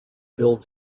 build